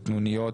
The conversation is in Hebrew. קטנוניות,